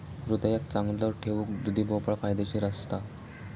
हृदयाक चांगलो ठेऊक दुधी भोपळो फायदेशीर असता